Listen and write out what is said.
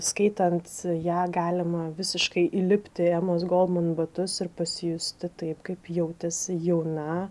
skaitant ją galima visiškai įlipti į emos goldman batus ir pasijusti taip kaip jautėsi jauna